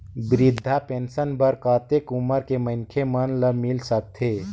वृद्धा पेंशन बर कतेक उम्र के मनखे मन ल मिल सकथे?